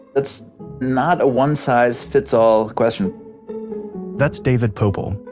it's not a one size fits all question that's david poeppel.